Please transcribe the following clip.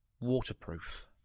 waterproof